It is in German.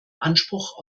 anspruch